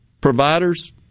providers